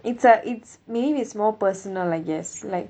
it's a it's maybe it's more personal I guess like